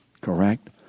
Correct